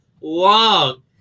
long